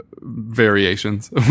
variations